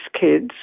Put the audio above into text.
kids